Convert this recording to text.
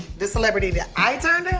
the celebrity that i turned